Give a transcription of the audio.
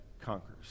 conquers